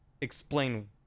explain